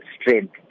strength